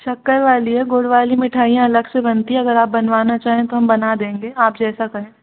शक्कर वाली है गुड़ वाली मिठाईयाँ अलग से बनती हैं अगर आप बनवाना चाहें तो हम बना देंगे आप जैसा कहें